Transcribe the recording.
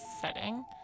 setting